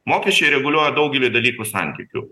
mokesčiai reguliuoja daugelį dalykų santykių